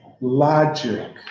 logic